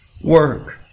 work